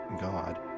God